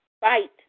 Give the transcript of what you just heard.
Fight